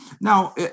Now